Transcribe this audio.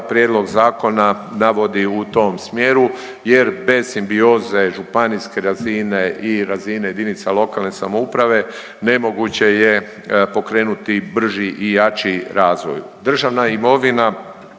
prijedloga zakona navodi u tom smjeru jer bez simbioze županijske razine i razine jedinica lokalne samouprave, nemoguće je pokrenuti brži i jači razvoj.